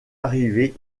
arrivées